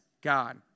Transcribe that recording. God